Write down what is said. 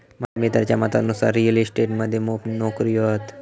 माझ्या मित्राच्या मतानुसार रिअल इस्टेट मध्ये मोप नोकर्यो हत